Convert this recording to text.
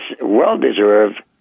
well-deserved